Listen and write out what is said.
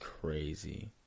crazy